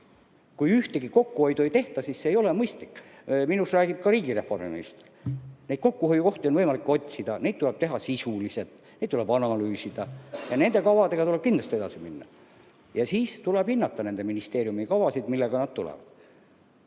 Kui kuskil kokkuhoidu ei tehta, siis see ei ole mõistlik. Minus räägib ka riigireformiminister. Neid kokkuhoiukohti on võimalik otsida, seda tuleb teha sisuliselt, neid tuleb analüüsida ja nende kavadega tuleb kindlasti edasi minna. Siis tuleb hinnata ministeeriumide kavasid, millega nad välja